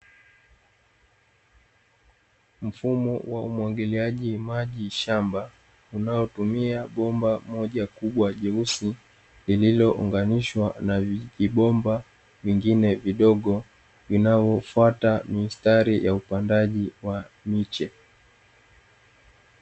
Mfumo wa umwagiliaji maji shamba, unaotumia bomba moja kubwa jeusi, lililounganishwa na vijibomba vingine vidogo, vinavyofuata mistari ya upandaji wa miche.